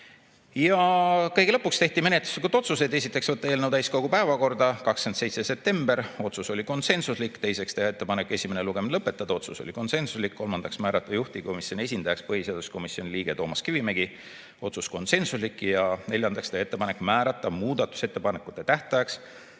Kõige lõpuks tehti menetluslikud otsused. Esiteks, võtta eelnõu täiskogu päevakorda 27. septembril, otsus oli konsensuslik. Teiseks, teha ettepanek esimene lugemine lõpetada, otsus oli konsensuslik. Kolmandaks, määrata juhtivkomisjoni esindajaks põhiseaduskomisjoni liige Toomas Kivimägi, otsus oli konsensuslik. Neljandaks, teha ettepanek määrata muudatusettepanekute tähtajaks